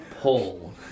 pull